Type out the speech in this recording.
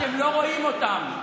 אתם לא רואים אותם.